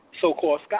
so-called